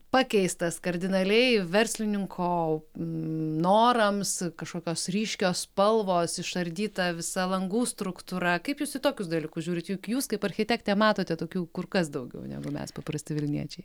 pakeistas kardinaliai verslininko norams kažkokios ryškios spalvos išardyta visa langų struktūra kaip jūs į tokius dalykus žiūrit juk jūs kaip architektė matote tokių kur kas daugiau negu mes paprasti vilniečiai